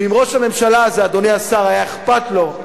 ואם ראש הממשלה הזה, אדוני השר, היה אכפת לו,